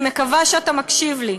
אני מקווה שאתה מקשיב לי,